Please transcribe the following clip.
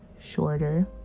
shorter